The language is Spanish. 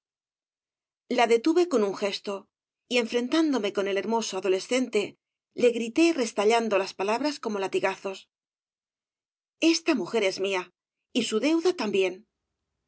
la detuve con un gesto y enfrentándome con el hermoso adolescente le grité restallando las palabras como latigazos esta mujer es mía y su deuda también